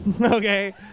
Okay